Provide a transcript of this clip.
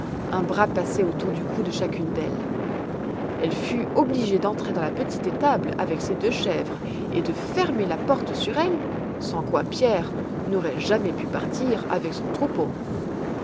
un bras passé autour du cou de chacune d'elles elle fut obligée d'entrer dans la petite étable avec ses deux chèvres et de fermer la porte sur elle sans quoi pierre n'aurait jamais pu partir avec son troupeau